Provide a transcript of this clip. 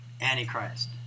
antichrist